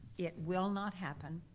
it will not happen.